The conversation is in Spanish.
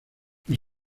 los